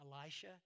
Elisha